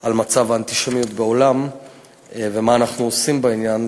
על מצב האנטישמיות בעולם ומה אנחנו עושים בעניין.